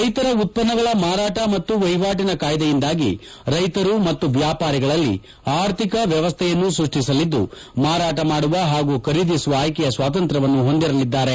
ರೈತರ ಉತ್ಪನ್ನಗಳ ಮಾರಾಟ ಮತ್ತು ವಹಿವಾಟಿನ ಕಾಯ್ದೆಯಿಂದಾಗಿ ರೈತರು ಮತ್ತು ವ್ಯಾಪಾರಿಗಳಲ್ಲಿ ಅರ್ಥಿಕ ವ್ಯವಸ್ಥೆಯನ್ನು ಸೃಷ್ಟಿಸಲಿದ್ದು ಮಾರಾಟ ಮಾಡುವ ಹಾಗೂ ಖರೀದಿಸುವ ಆಯ್ಕೆಯ ಸ್ವಾತಂತ್ರ್ವವನ್ನು ಹೊಂದಿರಲಿದ್ದಾರೆ